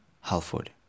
Halford